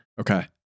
Okay